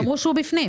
הם אמרו שהוא בפנים.